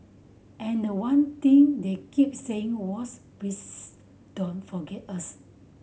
and the one thing they keep saying was please don't forget us